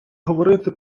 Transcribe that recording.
говорити